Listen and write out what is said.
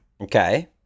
Okay